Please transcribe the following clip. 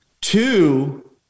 Two